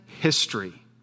history